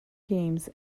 games